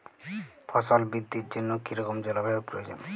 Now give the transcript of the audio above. ফসল বৃদ্ধির জন্য কী রকম জলবায়ু প্রয়োজন?